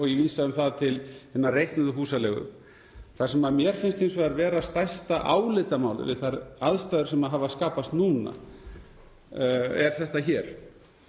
og ég vísa um það til hinnar reiknuðu húsaleigu. Það sem mér finnst hins vegar vera stærsta álitamálið við þær aðstæður sem hafa skapast núna er þetta hér: